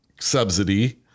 subsidy